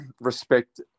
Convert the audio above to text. respect